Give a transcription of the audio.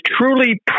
truly